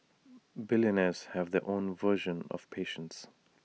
billionaires have their own version of patience